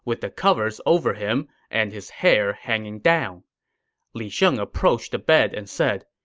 with the covers over him, and his hair hanging down li sheng approached the bed and said,